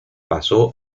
pasó